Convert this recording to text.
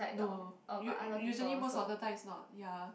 no u~ usually most of the time is not ya